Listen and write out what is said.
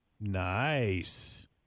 Nice